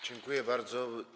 Dziękuję bardzo.